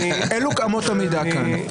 אלו אמות המידה כאן.